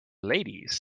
ladies